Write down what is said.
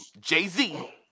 Jay-Z